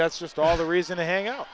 that's just all the reason to hang